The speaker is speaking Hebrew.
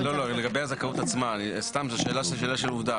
לגבי הזכאות עצמה, סתם זו שאלה של עובדה.